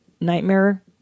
nightmare